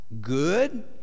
Good